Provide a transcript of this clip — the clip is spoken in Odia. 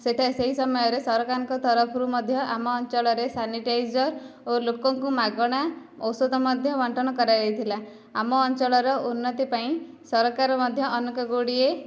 ସେହିଟା ସେହି ସମୟରେ ସରକାରଙ୍କ ତରଫରୁ ମଧ୍ୟ ଆମ ଅଞ୍ଚଳରେ ସାନିଟାଇଜର ଓ ଲୋକଙ୍କୁ ମାଗଣା ଔଷଧ ମଧ୍ୟ ବଣ୍ଟନ କରାଯାଇଥିଲା ଆମ ଅଞ୍ଚଳର ଉନ୍ନତି ପାଇଁ ସରକାର ମଧ୍ୟ ଅନେକ ଗୁଡ଼ିଏ